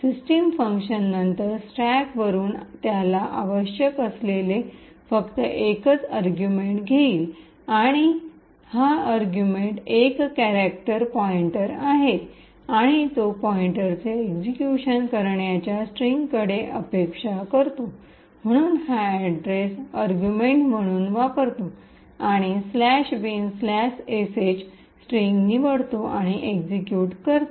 system function नंतर स्टॅकवरुन त्याला आवश्यक असलेले फक्त एकच युक्तिवाद अर्गुमेंट घेईल आणि हा युक्तिवाद अर्गुमेंट एक कॅरेक्टर पॉईंटर आहे आणि तो पॉईंटरचे एक्सिक्यूशन करण्याच्या स्ट्रिंगकडे अपेक्षा करतो म्हणून हा अड्रेस युक्तिवाद अर्गुमेंट म्हणून वापरतो आणि "binsh" स्ट्रिंग निवडतो आणि एक्सिक्यूटकरतो